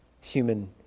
human